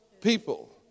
people